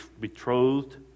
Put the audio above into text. betrothed